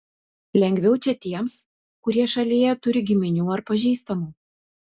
lengviau čia tiems kurie šalyje turi giminių ar pažįstamų